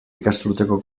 ikasturteko